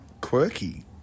quirky